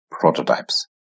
Prototypes